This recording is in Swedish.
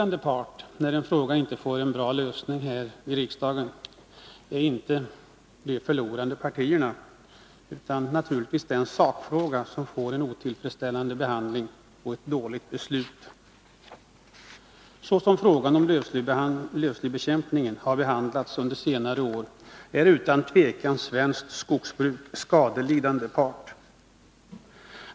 Nären fråga inte får en bra lösning här i riksdagen är det inte de förlorande partierna som blir lidande utan naturligtvis själva sakfrågan. Såsom frågan om lövslybekämpningen har behandlats under senare år, är det utan tvivel svenskt skogsbruk som är den skadelidande parten.